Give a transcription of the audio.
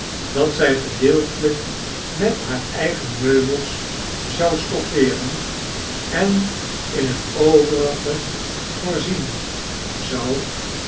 dat zy gedeeltelijk met hare eigen meubels zou stoffeeren en in het overige voorzien zou